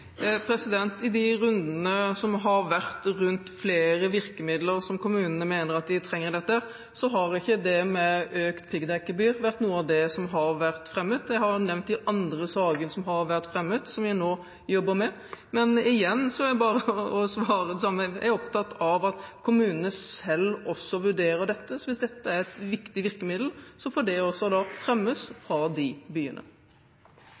I de rundene som har vært rundt flere virkemidler som kommunene mener de trenger, har ikke økt piggdekkgebyr vært noe av det som har vært fremmet. Det har vært nevnt i andre saker som har vært fremmet som vi nå jobber med. Men igjen er det bare å svare: Jeg er opptatt av at kommunene selv også vurderer dette. Hvis dette er et viktig virkemiddel, får det også fremmes av disse byene.